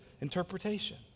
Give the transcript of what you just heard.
interpretation